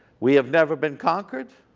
we have never been conquered.